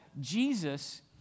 Jesus